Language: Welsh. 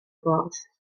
bwrdd